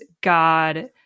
god